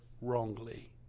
wrongly